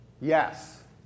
Yes